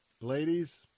Ladies